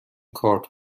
کارت